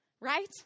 right